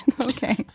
Okay